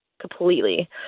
completely